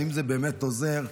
האם זה באמת עוזר?